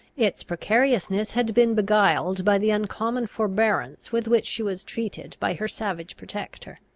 its precariousness had been beguiled by the uncommon forbearance with which she was treated by her savage protector.